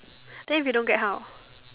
then if you don't get how